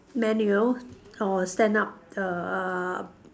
menu or stand up err